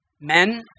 men